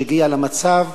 שהגיעה למצב,